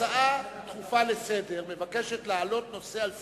הצעה דחופה לסדר-היום מבקשת להעלות נושא על סדר-היום.